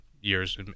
years